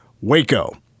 Waco